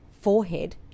forehead